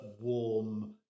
warm